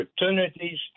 opportunities